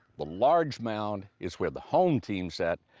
the large mound is where the home team sat,